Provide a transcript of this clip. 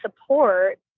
support